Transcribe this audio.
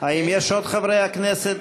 האם יש עוד חברי כנסת?